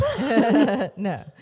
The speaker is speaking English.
No